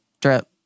drip